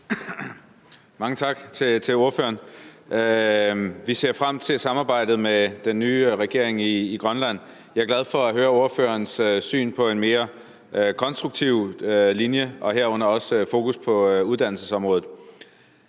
Mange tak til ordføreren. Vi ser frem til samarbejdet med den nye regering i Grønland. Jeg er glad for at høre ordførerens syn på en mere konstruktiv linje, herunder også med fokus på uddannelsesområdet.